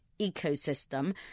ecosystem